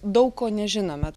daug ko nežinome